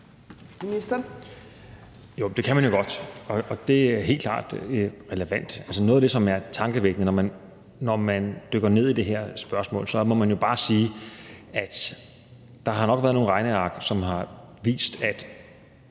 det kan man jo godt, og det er helt klart relevant. Altså, der er noget af det, som er tankevækkende, når man dykker ned i det her spørgsmål. Man må bare sige, at der nok har været nogle regneark i